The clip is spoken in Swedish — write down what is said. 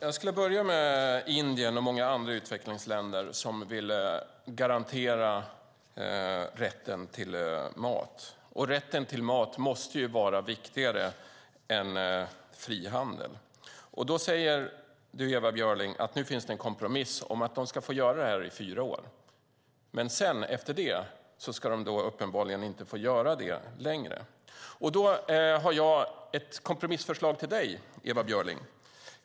Fru talman! Jag börjar med Indien och många andra utvecklingsländer som vill garantera rätten till mat. Rätten till mat måste vara viktigare än frihandel. Ewa Björling säger att det finns en kompromiss om att de ska få göra det i fyra år. Men efter det ska de uppenbarligen inte få göra det längre. Jag har ett kompromissförslag till dig, Ewa Björling.